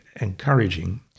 encouraging